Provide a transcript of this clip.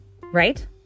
right